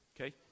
Okay